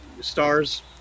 stars